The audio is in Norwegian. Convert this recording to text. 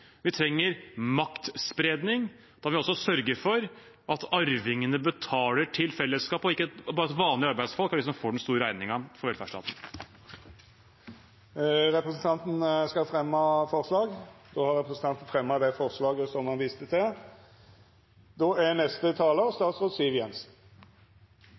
Vi trenger maktspredning, og da må vi sørge for at arvingene betaler til fellesskapet, og at det ikke er vanlige arbeidsfolk som får den store regningen for velferdsstaten. Skal representanten Moxnes ta opp eit forslag? : Ja. Representanten Bjørnar Moxnes har teke opp det forslaget han refererte til. Da